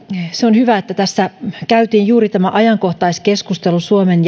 se on hyvä että tässä käytiin juuri tämä ajankohtaiskeskustelu suomen